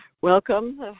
Welcome